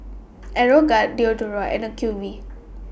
Aeroguard Diadora and Acuvue